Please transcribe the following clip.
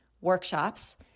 workshops